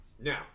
Now